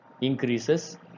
increases